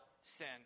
sin